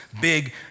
big